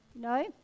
No